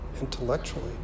intellectually